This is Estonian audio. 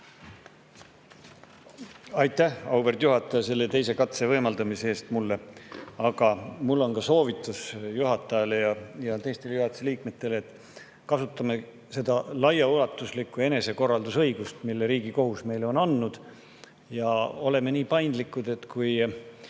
Aitäh, auväärt juhataja, selle teise katse võimaldamise eest mulle! Aga mul on soovitus juhatajale ja teistele juhatuse liikmetele: kasutame seda laiaulatuslikku enesekorraldusõigust, mille Riigikohus meile on andnud, ja oleme nii paindlikud, et kui